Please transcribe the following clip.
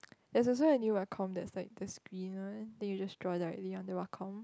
there is also a new Wacom that's like the screen one then you just draw directly on the Wacom